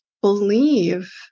believe